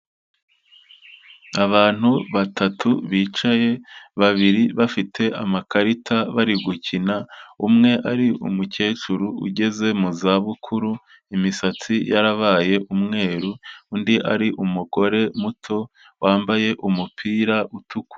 Abantu batatu bicaye, babiri bafite amakarita bari gukina, umwe ari umukecuru ugeze mu za bukuru imisatsi yarabaye umweru, undi ari umugore muto wambaye umupira utukura.